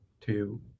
two